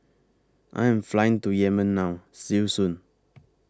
I Am Flying to Yemen now See YOU Soon